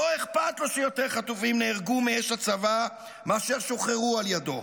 לא אכפת לו שיותר חטופים נהרגו מאש הצבא מאשר שוחררו על ידו.